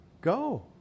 go